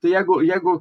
tai jeigu jeigu